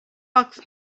box